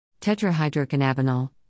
Tetrahydrocannabinol